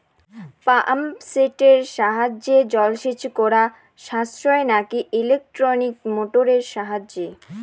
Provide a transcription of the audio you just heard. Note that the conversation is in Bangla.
পাম্প সেটের সাহায্যে জলসেচ করা সাশ্রয় নাকি ইলেকট্রনিক মোটরের সাহায্যে?